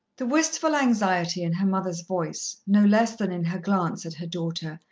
the wistful anxiety in her mother's voice, no less than in her glance at her daughter,